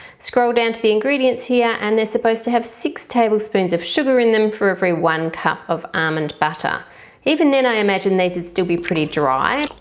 scroll down to the ingredients here and they're supposed to have six tablespoons of sugar in them for every one cup of almond butter even then i imagine they'd still be pretty dry.